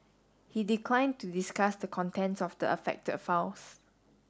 he declined to discuss the contents of the affected files